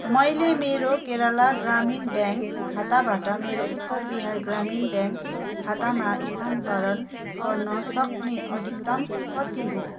मैले मेरो केरला ग्रामीण ब्याङ्क खाताबाट मेरो उत्तर बिहार ग्रामीण ब्याङ्क खातामा स्थानान्तरण गर्न सक्ने अधिकतम कति हो